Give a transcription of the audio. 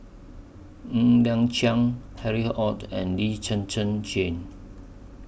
Ng Liang Chiang Harry ORD and Lee Zhen Zhen Jane